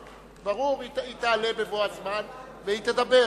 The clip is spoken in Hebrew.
ברור, היא תעלה בבוא הזמן, והיא תדבר.